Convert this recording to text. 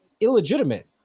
illegitimate